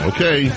Okay